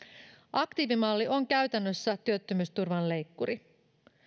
aktiivimalli on käytännössä työttömyysturvan leikkuri